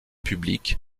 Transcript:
public